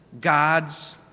gods